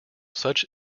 such